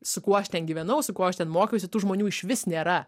su kuo aš ten gyvenau su kuo aš ten mokiausi tų žmonių išvis nėra